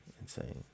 Insane